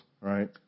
right